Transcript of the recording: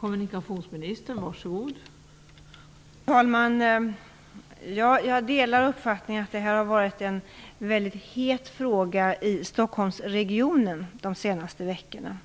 Fru talman! Jag delar uppfattningen att detta har varit en het fråga i Stockholmsregionen under de senaste veckorna.